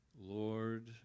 Lord